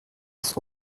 des